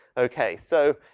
okay. so,